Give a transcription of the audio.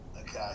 Okay